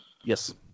Yes